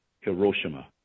Hiroshima